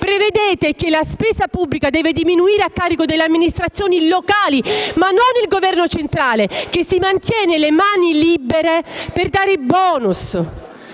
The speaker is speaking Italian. prevedete che la spesa pubblica deve diminuire a carico delle amministrazioni locali ma non del Governo centrale, che si mantiene le mani libere per dare i *bonus*,